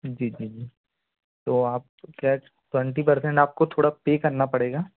जी जी जी तो आप खैर ट्वेंटी परसेंट आपको थोड़ा पे करना पड़ेगा